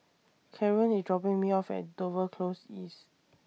Kaaren IS dropping Me off At Dover Close East